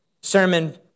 sermon